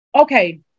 Okay